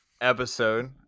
episode